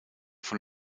von